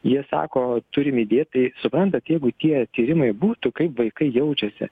jie sako turim įdėt tai suprantat jeigu tie tyrimai būtų kaip vaikai jaučiasi